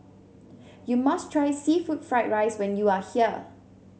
you must try seafood Fried Rice when you are here